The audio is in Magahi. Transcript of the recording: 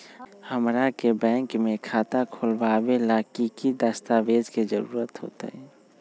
हमरा के बैंक में खाता खोलबाबे ला की की दस्तावेज के जरूरत होतई?